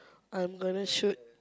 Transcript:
I'm gonna shoot